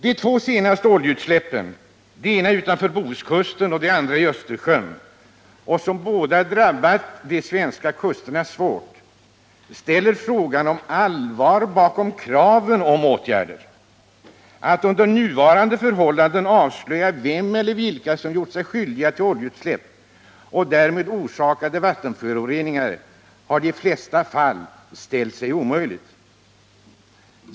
De två senaste oljeutsläppen, det ena utanför Bohuskusten, det andra i Östersjön, som båda drabbat de svenska kusterna så svårt, reser frågan om allvar bakom kraven på åtgärder. Att under nuvarande förhållanden avslöja vem eller vilka som gjort sig skyldiga till oljeutsläpp och därmed orsakade vattenföroreningar har i de flesta fall ställt sig omöjligt.